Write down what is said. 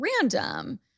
random